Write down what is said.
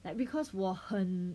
like because 我很